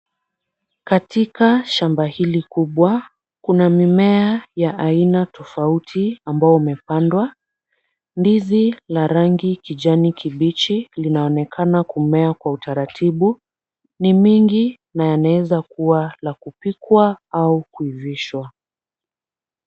Katika shamba hili kubwa, kuna mimea ya aina tofauti ambao umepandwa, ndizi la rangi kijani kibichi linaonekana kumea kwa utaratibu. Ni mingi na yanaweza kuwa la kupikwa au kuivishwa.